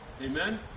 Amen